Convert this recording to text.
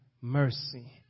mercy